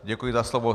Děkuji za slovo.